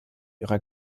ihrer